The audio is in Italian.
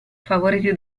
favoriti